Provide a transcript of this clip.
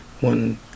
one